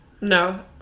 No